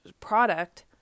product